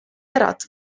arat